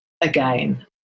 again